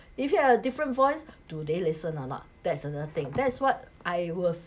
if you have a different voice do they listen or not that's another thing that is what I would